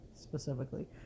specifically